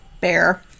Bear